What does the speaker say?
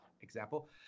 example